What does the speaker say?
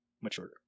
mature